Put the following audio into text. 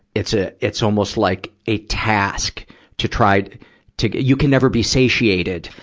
it's a, it's almost like a task to try to to you can never be satiated.